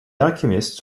alchemist